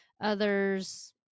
others